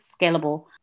scalable